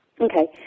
Okay